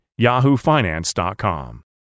yahoofinance.com